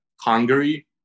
Hungary